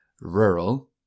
rural